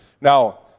Now